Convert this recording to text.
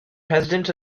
presidents